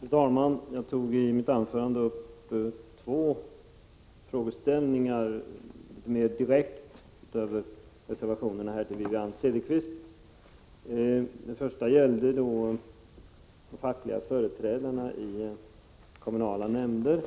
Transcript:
Fru talman! Jag tog i mitt anförande upp två frågeställningar som direkt berörs i avgivna reservationer och riktade mig till Wivi-Anne Cederqvist. Först gällde det frågan om facklig företrädare i kommunala nämnder.